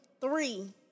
Three